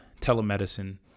telemedicine